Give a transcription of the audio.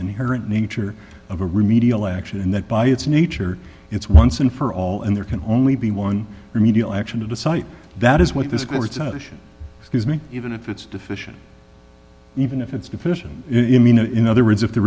inherent nature of a remedial action and that by its nature it's once and for all and there can only be one remedial action to the site that is what this court's excuse me even if it's deficient even if it's deficient in other words if the